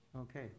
Okay